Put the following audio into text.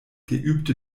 geübte